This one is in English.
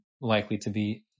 likely-to-be